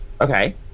Okay